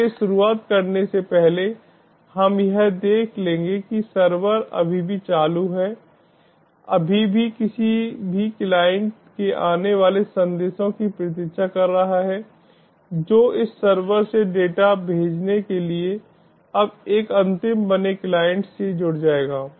इसलिए शुरुआत करने से पहले हम यह देख लेंगे कि सर्वर अभी भी चालू है अभी भी किसी भी क्लाइंट के आने वाले संदेशों की प्रतीक्षा कर रहा है जो इस सर्वर से डेटा भेजने के लिए अब एक अंतिम बने क्लाइंट से जुड़ जाएगा